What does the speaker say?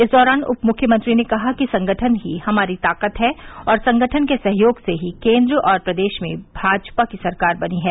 इस दौरान उपमुख्यमंत्री ने कहा कि संगठन ही हमारी ताकत है और संगठन के सहयोग से ही केन्द्र और प्रदेश में भाजपा की सरकार बनी है